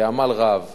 בעמל רב